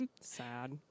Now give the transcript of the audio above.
sad